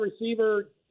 receiver